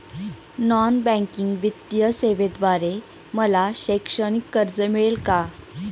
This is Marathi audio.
नॉन बँकिंग वित्तीय सेवेद्वारे मला शैक्षणिक कर्ज मिळेल का?